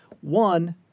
One